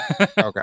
Okay